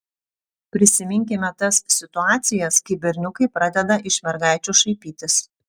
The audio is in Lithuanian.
prisiminkime tas situacijas kai berniukai pradeda iš mergaičių šaipytis